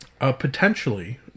Potentially